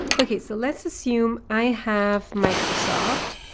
okay, so let's assume i have microsoft.